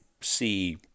see